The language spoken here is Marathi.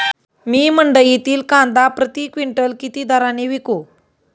मी मंडईतील कांदा प्रति क्विंटल किती दराने विकू?